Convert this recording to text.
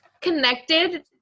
connected